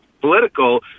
political